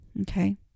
Okay